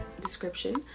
description